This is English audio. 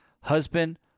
husband